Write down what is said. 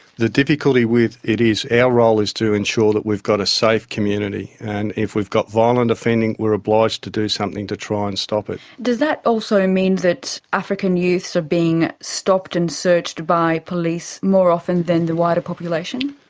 the difficulty with it is, our role is to ensure that we've got a safe community, and if we've got violent offending we're obliged to do something to try and stop it. does that also mean that african youths are being stopped and searched by police more often than the wider population?